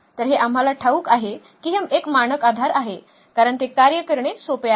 तर हे आम्हाला ठाऊक आहे की हे एक मानक आधार आहे कारण ते कार्य करणे सोपे आहे